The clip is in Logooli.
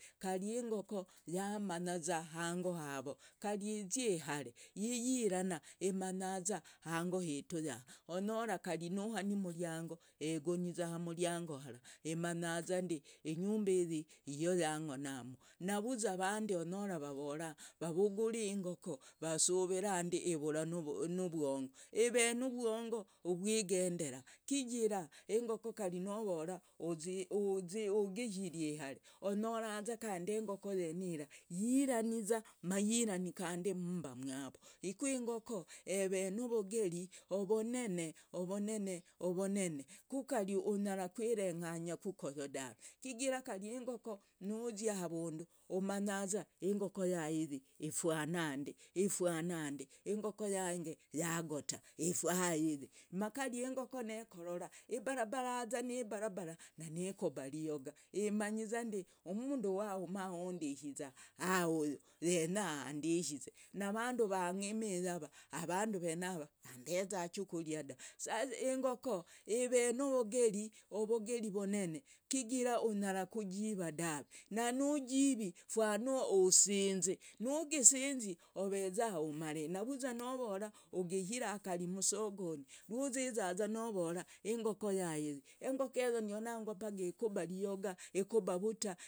Engoko yamanyaza hango havo kari izyi ihare yirana imanyaza hango hitu yaha, onyoraza kari nuhani umriango engoniza hamriango hara, imanyazandi inyumbiyi yoyangonamu, navuza avandi onyora vavora vavuguri engoko vasuvirandi uvura numwongo, eve numwongo uvugendera kijira engoko kari novora uzyi ugishiri ihare onyora kandi engoko yenira yiraniza, mayirana kandi mmba mwavo. Ku engoko eve novogeri ovonene ovonene ovonene, ku kari unyara kwereng'anya koyo dave kijira kari engoko nuzya havundu umanyaza engoko yaiyi ifwanandi engoko yange yagota, engoko yange haiyi, ma kari engoko nekorora ibarabaraza nibarabara nikora riyoga imanyi zandi umundu wa umaundihiza hauyu yenya andiyizi, vavandu vangimii yava avandu venava vambeza ichukuria dah, sasa engoko eve novogeri vogeri vonene kijira unyara kujiva dave, na nujivi fwana usinzi, nugisinzi oveza umari navuza novora ugishira kari msogoni rwuzizaza novora engoko yaiyi engokeyo ndionanga paga ikuba riyoga, ikuba vuta.